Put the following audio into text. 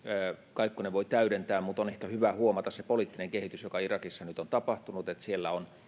kaikkonen voi täydentää on ehkä hyvä huomata se poliittinen kehitys jota irakissa nyt on tapahtunut että siellä on